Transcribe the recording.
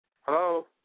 Hello